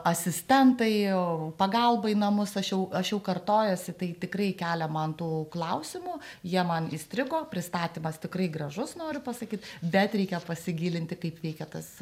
asistentai pagalba į namus aš jau aš jau kartojuosi tai tikrai kelia man tų klausimų jie man įstrigo pristatymas tikrai gražus noriu pasakyt bet reikia pasigilinti kaip veikia tas